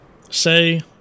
say